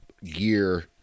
gear